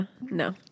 no